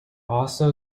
also